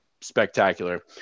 spectacular